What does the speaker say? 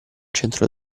centro